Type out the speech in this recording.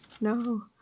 No